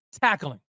tackling